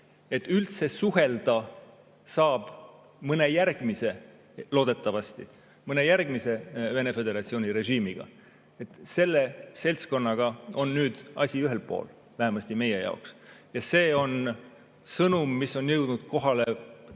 üldse suhelda saab – loodetavasti saab – mõne järgmise Venemaa Föderatsiooni režiimiga. Selle seltskonnaga on nüüd asi ühel pool, vähemasti meie jaoks. Ja see on sõnum, mis on jõudnud kohale vähemasti